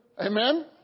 Amen